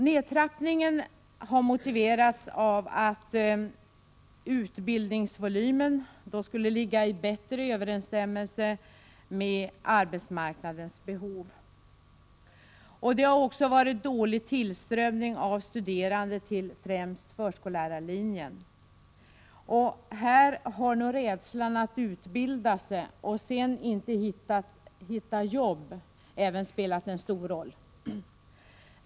Nedtrappningen har motiverats av att utbildningsvolymen då skulle bättre överensstämma med arbetsmarknadens behov. Det har också varit dålig tillströmning av studerande till främst förskollärarlinjen. Här har nog även rädslan att utbilda sig och sedan inte hitta arbete spelat en stor roll.